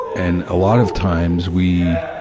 and a lot of times we,